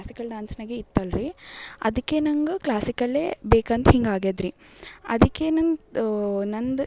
classical ಡಾನ್ಸ್ನಾಗೆ ಇತ್ತಲ್ಲ ರೀ ಅದಕ್ಕೆ ನಂಗು ಕ್ಲಾಸಿಕಲೇ ಬೇಕಂತ ಹಿಂಗೆ ಆಗಿದೆರೀ ಅದಕ್ಕೆ ನಂದು ನಂದು